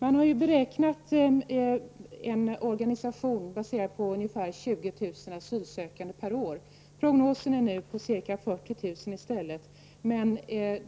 Man har beräknat en organisation baserad på ungefär 20 000 asylsökande per år, och prognosen är nu ca 40 000.